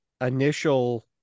initial